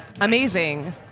Amazing